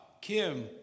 Kim